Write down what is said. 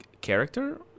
character